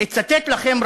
אצטט לכם,